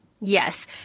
Yes